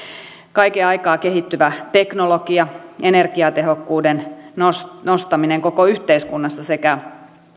kaiken aikaa kehittyvä teknologia energiatehokkuuden nostaminen koko yhteiskunnassa sekä